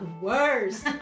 worst